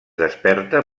desperta